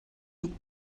you